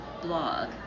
blog